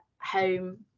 home